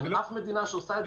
אנחנו מדינה שעושה את זה.